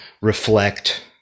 reflect